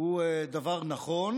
הוא דבר נכון,